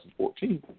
2014